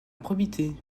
probité